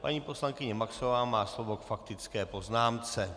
Paní poslankyně Maxová má slovo k faktické poznámce.